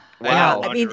Wow